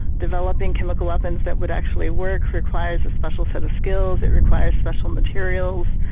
developing chemical weapons that would actually work requires a special set of skills, it requires special materials,